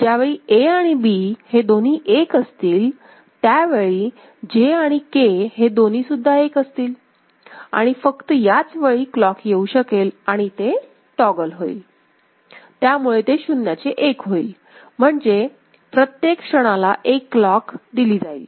ज्यावेळी Aआणि B हे दोन्ही एक असतील त्यावेळी Jआणि K हे दोन्ही सुद्धा एक असतील आणि फक्त याच वेळी क्लॉक येऊ शकेल आणि ते टॉगल होईल त्यामुळे ते शून्याचे एक होईल म्हणजे प्रत्येक क्षणाला एक क्लॉक दिली जाईल